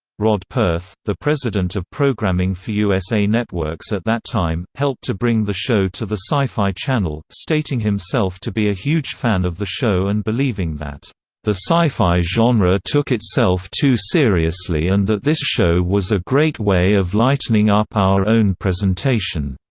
rod perth, the president of programming for usa networks at that time, helped to bring the show to the sci-fi channel, stating himself to be a huge fan of the show and believing that the sci-fi genre took itself too seriously and that this show was a great way of lightening up our own presentation